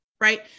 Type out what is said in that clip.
right